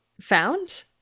found